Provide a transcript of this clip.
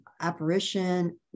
apparition